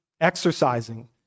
exercising